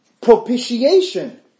propitiation